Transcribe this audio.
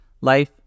life